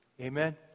Amen